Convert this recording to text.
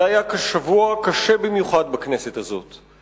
זה היה שבוע קשה במיוחד בכנסת הזאת.